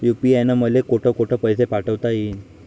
UPI न मले कोठ कोठ पैसे पाठवता येईन?